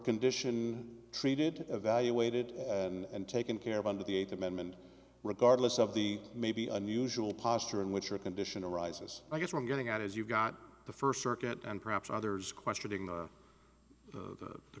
condition treated evaluated and taken care of under the eighth amendment regardless of the maybe unusual posture in which a condition arises i guess i'm getting at is you've got the first circuit and perhaps others questioning the